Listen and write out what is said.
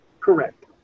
Correct